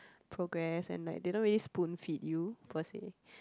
progress and like they don't really spoon feed you per se